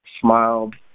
smiled